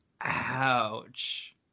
ouch